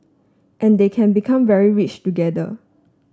and they can become very rich together